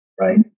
right